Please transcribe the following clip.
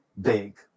big